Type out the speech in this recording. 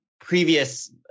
previous